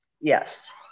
Yes